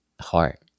heart